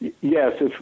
Yes